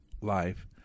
life